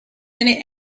minute